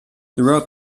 throughout